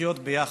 לחיות ביחד,